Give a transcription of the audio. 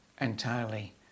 entirely